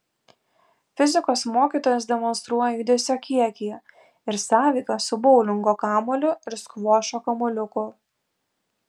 fizikos mokytojas demonstruoja judesio kiekį ir sąveiką su boulingo kamuoliu ir skvošo kamuoliuku